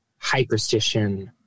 hyperstition